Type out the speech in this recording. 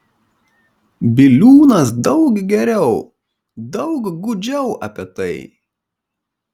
biliūnas daug geriau daug gūdžiau apie tai